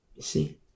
See